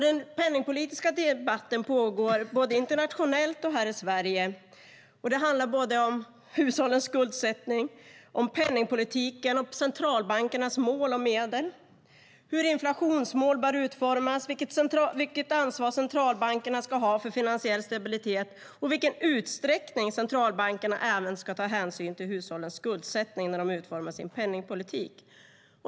Den penningpolitiska debatten pågår både internationellt och här i Sverige. Den handlar om hushållens skuldsättning, penningpolitiken och om centralbankernas mål och medel, om hur inflationsmål bör utformas, vilket ansvar centralbankerna ska ha för finansiell stabilitet och i vilken utsträckning centralbankerna även ska ta hänsyn till hushållens skuldsättning när de utformar sin penningpolitik.